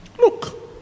look